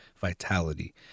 vitality